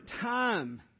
time